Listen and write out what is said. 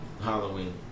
Halloween